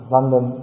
London